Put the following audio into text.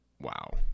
Wow